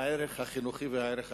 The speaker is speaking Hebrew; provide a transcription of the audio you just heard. הערך החינוכי והערך הפדגוגי.